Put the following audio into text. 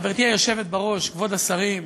חברתי היושבת בראש, כבוד השרים,